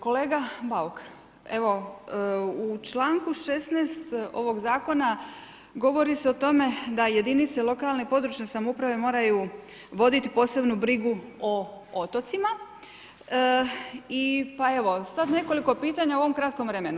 Kolega Bauk, evo u članku 16. ovog zakona govori se o tome da jedinice lokalne i područne samouprave moraju voditi posebnu brigu o otocima i pa evo, sada nekoliko pitanja u ovom kratkom vremenu.